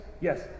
yes